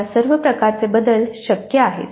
यात सर्व प्रकारचे बदल शक्य आहेत